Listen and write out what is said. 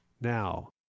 now